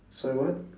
sorry what